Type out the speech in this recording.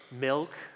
milk